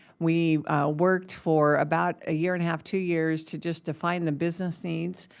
we worked for about a year and a half, two years to just define the business needs,